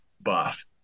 buff